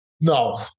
No